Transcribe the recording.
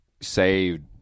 saved